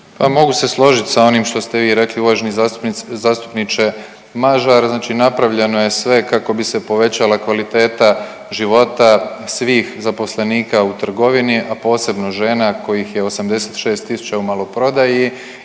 mogu se složiti s onim što ste vi rekli uvaženi zastupniče Mažar. Znači napravljeno je sve kako bi se povećala kvaliteta života svih zaposlenika u trgovini, a posebno žena kojih je 86 tisuća u maloprodaji